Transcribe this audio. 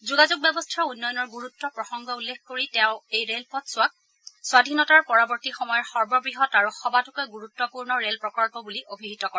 যোগাযোগ ব্যৱস্থাৰ উন্নয়নৰ গুৰুত্ব প্ৰসংগ উল্লেখ কৰি তেওঁ এই ৰেলপথছোৱাক স্বাধীনতাৰ পৰৱৰ্তী সময়ৰ সৰ্ববৃহৎ আৰু সবাতোকৈ গুৰুত্বপূৰ্ণ ৰেল প্ৰকল্প বুলি অভিহিত কৰে